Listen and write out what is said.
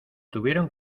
tuvieron